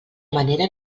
manera